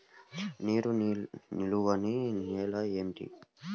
నీరు నిలువని నేలలు ఏమిటి?